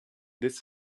this